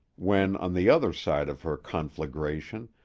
when, on the other side of her conflagration,